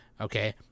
okay